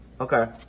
okay